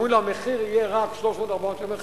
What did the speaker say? אומרים לו, המחיר יהיה רק 300, 400 שקל.